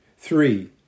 Three